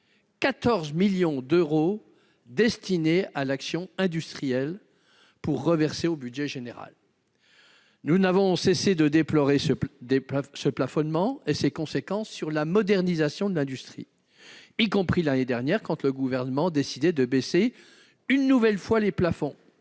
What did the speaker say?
14 millions d'euros destinés à l'action industrielle pour les reverser au budget général. Nous n'avons cessé de déplorer ce plafonnement et ses conséquences sur la modernisation de l'industrie, y compris l'année dernière, quand le Gouvernement décidait de baisser une nouvelle fois les plafonds.